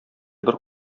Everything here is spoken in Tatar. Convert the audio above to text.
бер